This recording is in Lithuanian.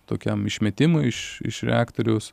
tokiam išmetimui iš iš reaktoriaus